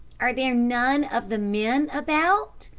are there none of the men about?